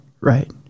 right